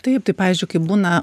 taip tai pavyzdžiui kai būna